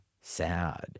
sad